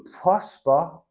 prosper